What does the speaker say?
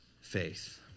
faith